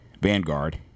Vanguard